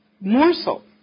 morsel